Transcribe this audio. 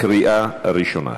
קריאה ראשונה.